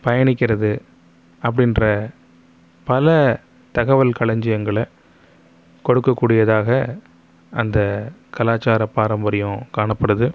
பயணிக்கறது அப்படின்ற பல தகவல் களஞ்சியங்கள கொடுக்கக் கூடியதாக அந்த கலாச்சார பாரம்பரியம் காணப்படுது